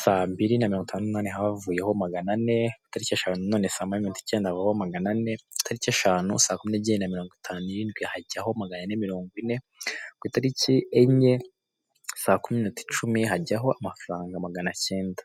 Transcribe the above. saa mbiri na mirongo itanu n'umunani, haraba magana ane, itariki eshanu na none saa moya n'iminota icyenda havaho magana ane, itariki eshanu saa kumi n'ebyiri na mirongo itanu n'irindwi hajyaho magana ane mirongo ine, ku itariki enye, saa kumi n'iminota icumi, hajyaho amafaranga magana icyenda.